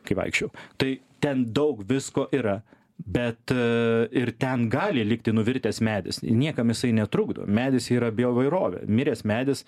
kai vaikščiojau tai ten daug visko yra bet ir ten gali likti nuvirtęs medis niekam jisai netrukdo medis yra bioįvairovė miręs medis